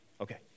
Okay